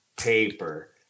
Paper